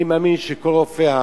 אני מאמין שכל רופא,